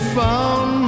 found